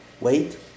wait